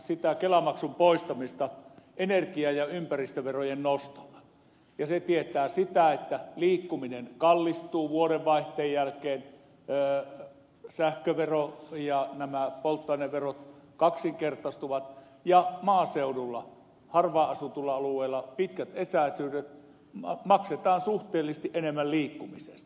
sitä kelamaksun poistamista maksetaan energia ja ympäristöverojen nostolla ja se tietää sitä että liikkuminen kallistuu vuodenvaihteen jälkeen sähkövero ja nämä polttoaineverot kaksinkertaistuvat ja maaseudulla harvaanasutulla alueella missä on pitkät etäisyydet maksetaan suhteellisesti enemmän liikkumisesta